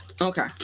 Okay